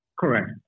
Correct